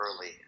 early